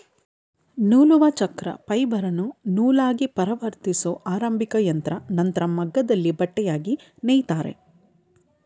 ನೂಲುವಚಕ್ರ ಫೈಬರನ್ನು ನೂಲಾಗಿಪರಿವರ್ತಿಸೊ ಆರಂಭಿಕಯಂತ್ರ ನಂತ್ರ ಮಗ್ಗದಲ್ಲಿ ಬಟ್ಟೆಯಾಗಿ ನೇಯ್ತಾರೆ